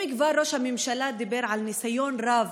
אם כבר ראש הממשלה דיבר על ניסיון רב